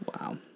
Wow